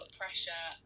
pressure